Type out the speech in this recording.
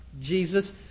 Jesus